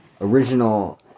Original